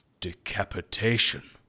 Decapitation